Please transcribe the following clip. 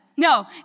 No